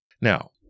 Now